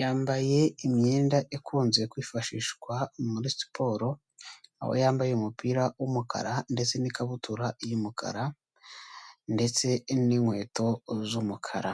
Yambaye imyenda ikunze kwifashishwa muri siporo, aho yambaye umupira w'umukara ndetse n'ikabutura y'umukara ndetse n'inkweto z'umukara,